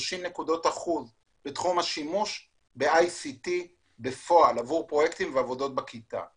30% בתחום השימוש ב-ICT בפועל עבור פרויקטים ועבודות בכיתה.